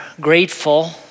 grateful